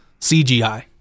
cgi